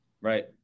Right